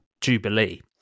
Jubilee